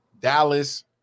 Dallas